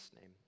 name